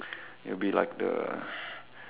you will be like the